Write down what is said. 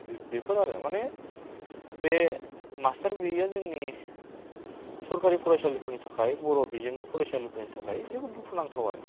बे बेफोर आरो माने बे मास्तार गैयैया जोंनि सरकारि फरायसालिफोरनि थाखाय बर' बिजोंनि फरायसालिफोरनि थाखाय जोबोद दुखु नांथाव आरो